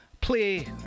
Play